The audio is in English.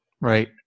Right